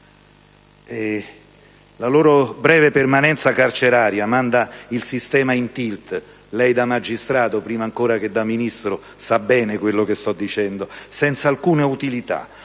La loro breve permanenza carceraria manda il sistema in *tilt* - lei, da magistrato, prima ancora che da Ministro, sa bene cosa sto dicendo - senza alcuna utilità.